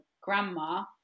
grandma